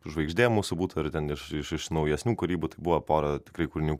žvaigždė mūsų būtų ir ten iš iš naujesnių kūrybų tai buvo pora tikrai kūrinių